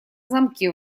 замке